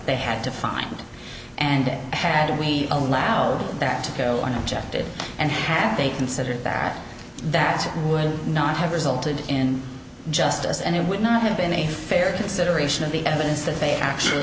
they had to find and it had we allowed that to go on objected and half they considered that that would not have resulted in justice and it would not have been a fair consideration of the evidence that they actually